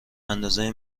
اندازه